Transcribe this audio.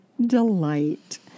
delight